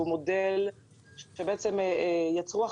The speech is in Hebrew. שהוא מודל שהחקלאים בעצם יצרו.